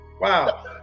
wow